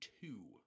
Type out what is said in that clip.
two